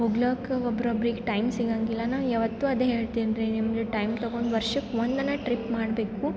ಹೋಗ್ಲಕೆ ಒಬ್ರಬ್ರಿಗೆ ಟೈಮ್ ಸಿಗೊಂಗಿಲ್ಲ ನಾ ಯಾವತ್ತು ಅದೆ ಹೇಳ್ತೀನಿ ರೀ ನಿಮ್ಗೆ ಟೈಮ್ ತಗೊಂಡ್ ವರ್ಷಕ್ಕೆ ಒಂದು ಟ್ರಿಪ್ ಮಾಡಬೇಕು